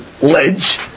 ledge